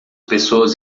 pessoas